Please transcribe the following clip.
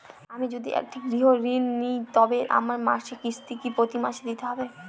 আমি যদি একটি গৃহঋণ নিই তবে আমার মাসিক কিস্তি কি প্রতি মাসে দিতে হবে?